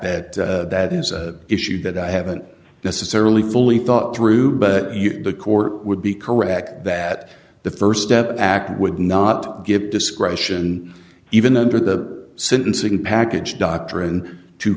that that is a issue that i haven't necessarily fully thought through but the court would be correct that the st step act would not give discretion even under the sentencing package doctrine to